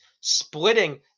splitting